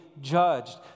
judged